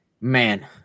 man